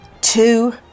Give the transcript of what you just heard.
two